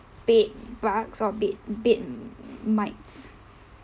bed bugs or bed bed mite